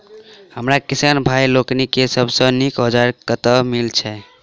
हमरा किसान भाई लोकनि केँ लेल सबसँ नीक औजार कतह मिलै छै?